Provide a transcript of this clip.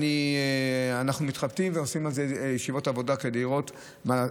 ואנחנו מתחבטים ועושים על זה ישיבות עבודה תדירות.